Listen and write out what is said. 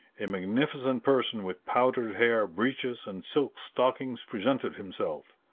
a magnificent person with powdered hair, breeches and silk stockings presented himself.